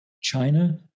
China